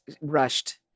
rushed